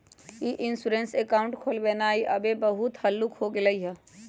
ई insurance account खोलबनाइ अब बहुते हल्लुक हो गेलइ ह